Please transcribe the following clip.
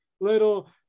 little